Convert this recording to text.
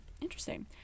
Interesting